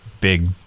big